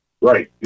Right